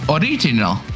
original